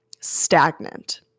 stagnant